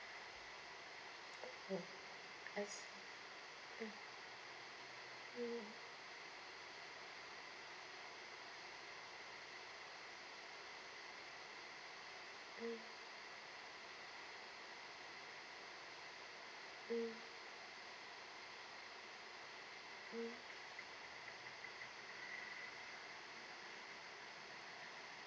mm mm mm